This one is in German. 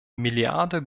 milliarde